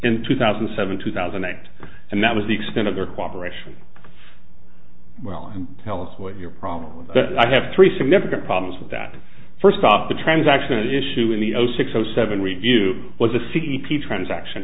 in two thousand and seven two thousand act and that was the extent of their cooperation well tell us what your problem but i have three significant problems with that first off the transaction issue in the zero six zero seven review was the c e p transaction